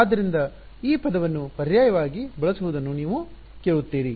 ಆದ್ದರಿಂದ ಈ ಪದವನ್ನು ಪರ್ಯಾಯವಾಗಿ ಬಳಸುವುದನ್ನು ನೀವು ಕೇಳುತ್ತೀರಿ